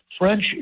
French